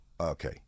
okay